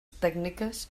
tècniques